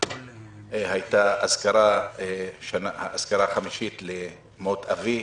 הייתה אזכרה חמישית למות אבי,